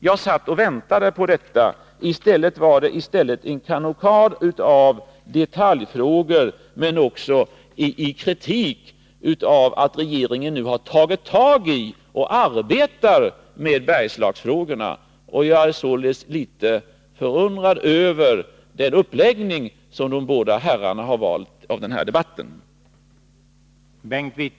Jag satt och väntade på sådana inlägg, men i stället kom det en kanonad av detaljfrågor och kritik mot att regeringen nu arbetar med Bergslagsfrågorna. Jag är litet förundrad över den uppläggning av denna debatt som de båda herrarna har valt.